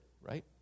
Right